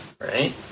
right